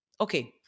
Okay